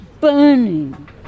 burning